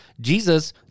Jesus